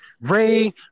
Ray